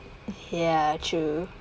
ya true